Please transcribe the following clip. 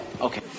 Okay